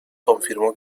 confirmó